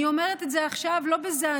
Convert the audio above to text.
אני אומרת את זה עכשיו לא בזעזוע,